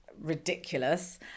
ridiculous